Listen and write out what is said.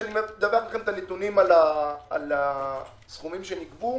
כשאני אדווח את הנתונים על הסכומים שנגבו,